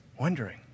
wondering